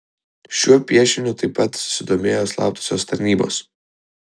šiuo piešiniu taip pat susidomėjo slaptosios tarnybos